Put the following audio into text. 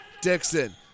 Dixon